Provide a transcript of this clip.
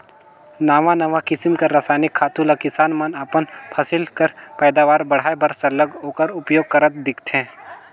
नावा नावा किसिम कर रसइनिक खातू ल किसान मन अपन फसिल कर पएदावार बढ़ाए बर सरलग ओकर उपियोग करत दिखथें